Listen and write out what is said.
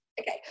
Okay